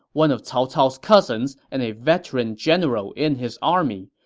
one of cao cao's cousins and a veteran general in his army.